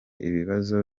ibibazo